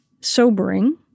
sobering